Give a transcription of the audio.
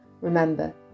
Remember